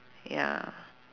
ya